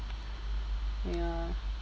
ya